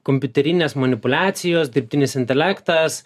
kompiuterinės manipuliacijos dirbtinis intelektas